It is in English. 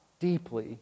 deeply